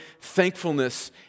thankfulness